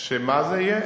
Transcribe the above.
שמה זה יהיה?